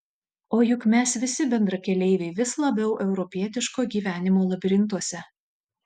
o juk mes visi bendrakeleiviai vis labiau europietiško gyvenimo labirintuose